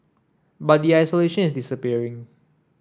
but the isolation is disappearing